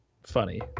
funny